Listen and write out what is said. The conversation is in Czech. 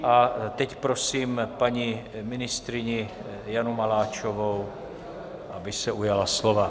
A teď prosím paní ministryni Janu Maláčovou, aby se ujala slova.